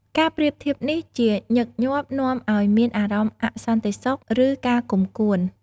ការប្រៀបធៀបនេះជាញឹកញាប់នាំឲ្យមានអារម្មណ៍អសន្តិសុខ ឬការគុំគួន។